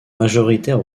majoritaire